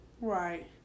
Right